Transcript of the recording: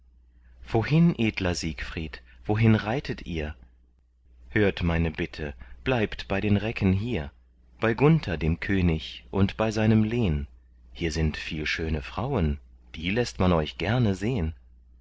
wohin edler siegfried wohin reitet ihr hört meine bitte bleibt bei den recken hier bei gunther dem könig und bei seinem lehn hier sind viel schöne frauen die läßt man euch gerne sehn